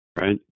Right